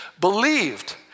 believed